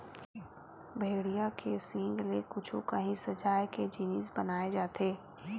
भेड़िया के सींग ले कुछु काही सजाए के जिनिस बनाए जाथे